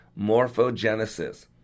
morphogenesis